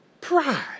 pride